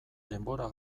denbora